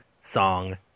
song